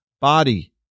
body